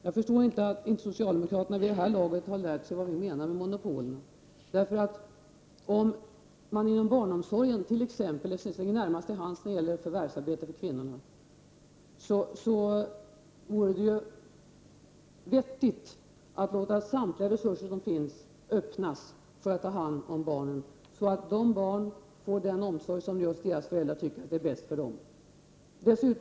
Jag förstår inte att socialdemokraterna vid det här laget inte har lärt sig vad vi menar med monopol. Inom barnomsorgen, som ligger närmast till hands när det gäller förvärvsarbete för kvinnor, vore det vettigt att använda samtliga resurser för att ta hand om barnen, så att barnen får just den omsorg som deras föräldrar tycker är bäst för dem.